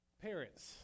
Parents